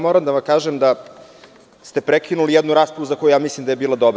Moram da vam kažem da ste prekinuli jednu raspravu za koju mislim da je bila dobra.